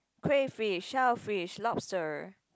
crayfish shell fish lobster